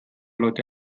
leute